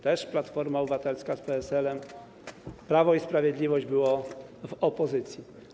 Też Platforma Obywatelska z PSL-em, Prawo i Sprawiedliwość było w opozycji.